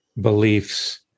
beliefs